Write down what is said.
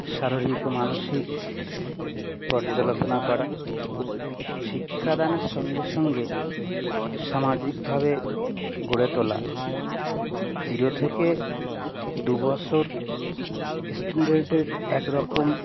শারীরিক ও মানসিক পর্যালোচনা করা শিক্ষাদানের সঙ্গে সঙ্গে সামাজিকভাবে গড়ে তোলা জিরো থেকে দু বছর স্টুডেন্টের একরকম